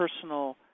personal